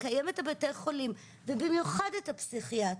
לקיים את בתי החולים ובמיוחד את הפסיכיאטרים,